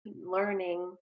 learning